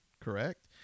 correct